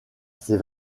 ses